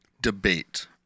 debate